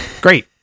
Great